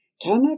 Tana